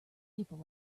people